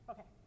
Okay